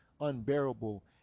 unbearable